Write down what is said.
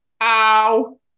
ow